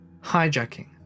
hijacking